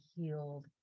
healed